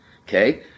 okay